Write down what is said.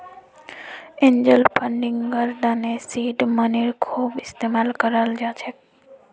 angel फंडिंगर तने seed मनीर खूब इस्तमाल कराल जा छेक